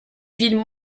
villes